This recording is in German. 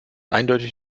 eindeutig